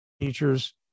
teachers